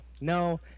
no